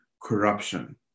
corruption